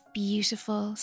beautiful